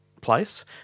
place